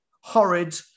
horrid